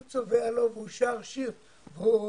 והוא צובע לו והוא שר שיר רוסי.